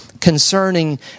concerning